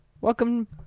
welcome